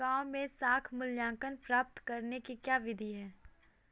गाँवों में साख मूल्यांकन प्राप्त करने की क्या विधि है?